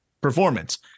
performance